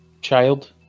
child